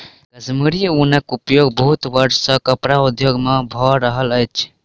कश्मीरी ऊनक उपयोग बहुत वर्ष सॅ कपड़ा उद्योग में भ रहल अछि